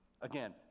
again